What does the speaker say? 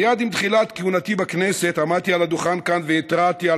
מייד עם תחילת כהונתי בכנסת עמדתי על הדוכן כאן והתרעתי על